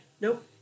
Nope